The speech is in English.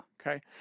Okay